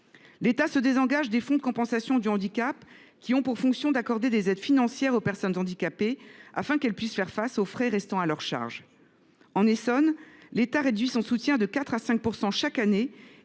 L’État se désengage des fonds de compensation du handicap, qui ont pour fonction d’accorder des aides financières aux personnes handicapées, afin qu’elles puissent faire face aux frais restant à leur charge. Dans l’Essonne, l’État réduit son soutien de 4 % à 5 % chaque année